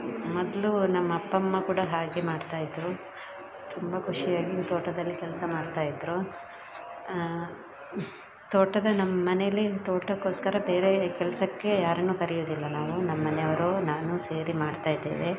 ಮೊದಲು ನಮ್ಮಪ್ಪ ಅಮ್ಮ ಕೂಡ ಹಾಗೆ ಮಾಡ್ತಾಯಿದ್ದರು ತುಂಬ ಖುಷಿಯಾಗಿ ತೋಟದಲ್ಲಿ ಕೆಲಸ ಮಾಡ್ತಾಯಿದ್ದರು ತೋಟದ ನಮ್ಮ ಮನೆಯಲ್ಲಿ ತೋಟಕ್ಕೋಸ್ಕರ ಬೇರೆ ಕೆಲಸಕ್ಕೆ ಯಾರನ್ನು ಕರೆಯುದಿಲ್ಲ ನಾವು ನಮ್ಮನೆಯವರು ನಾನು ಸೇರಿ ಮಾಡ್ತಾ ಇದ್ದೇವೆ